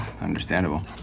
Understandable